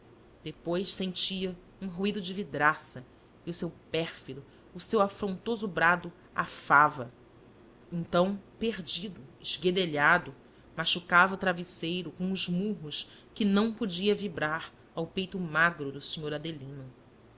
depois sentia um ruído de vidraça e o seu pérfido e seu afrontoso brado à fava então perdido esguedelhado machucava o travesseiro com os murros que não podia vibrar ao peito magro do senhor adelino